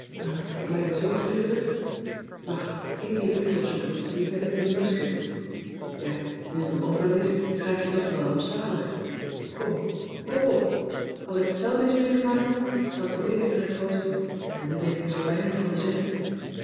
dat lijkt me zoo griezelig wacht even je brief opzoeken die heb ik in mijn blouse zitten ja nu ik hem overlees schrijf je toch wel rampzalig kom kop op als ik het zelf eens meegemaakt had zou ik je beter kunnen troosten maar nu weet ik er zoo weinig van te zeggen